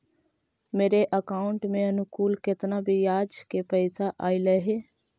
मेरे अकाउंट में अनुकुल केतना बियाज के पैसा अलैयहे?